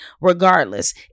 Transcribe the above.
Regardless